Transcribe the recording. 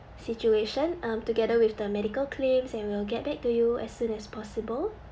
situation um together with the medical claims and we'll get back to you as soon as possible